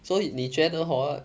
所以你觉得 hor